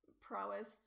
prowess